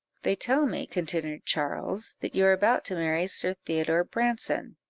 they tell me, continued charles, that you are about to marry sir theodore branson?